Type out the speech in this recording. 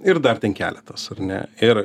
ir dar keletas ar ne ir